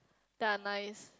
they're nice